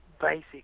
basic